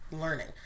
learning